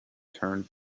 turned